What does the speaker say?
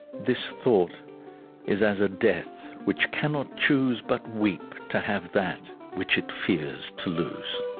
this thought is as a death, which cannot choosebut weep to have that which it fears to lose.